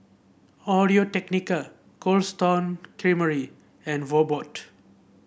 Audio Technica Cold Stone Creamery and Mobot